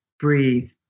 breathe